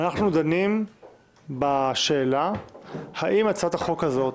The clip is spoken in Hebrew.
אנחנו דנים בשאלה האם להקדים את הצעת החוק הזאת